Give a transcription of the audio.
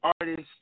artists